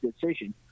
decision—